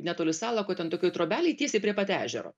netoli salako ten tokioj trobelėj tiesiai prie pat ežero